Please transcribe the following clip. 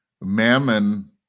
mammon